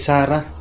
Sarah